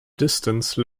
distance